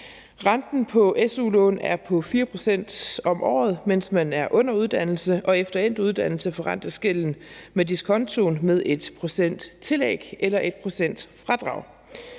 Renten på su-lån er på 4 pct. om året, mens man er under uddannelse, og efter endt uddannelse forrentes gælden med diskontoen med et procenttillæg eller et fradrag